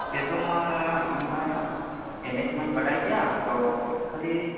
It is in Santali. ᱪᱮᱫᱚᱜ ᱢᱟ ᱤᱧ ᱢᱟ ᱮᱱᱮᱡ ᱢᱟᱹᱧ ᱵᱟᱰᱟᱭ ᱜᱮᱭᱟ ᱛᱚ ᱠᱷᱟᱹᱞᱤ